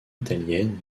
italienne